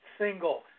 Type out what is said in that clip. single